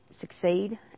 succeed